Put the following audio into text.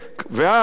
ואז,